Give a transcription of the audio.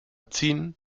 ziehen